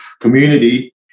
community